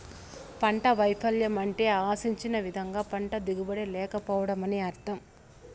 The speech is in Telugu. పంట వైపల్యం అంటే ఆశించిన విధంగా పంట దిగుబడి లేకపోవడం అని అర్థం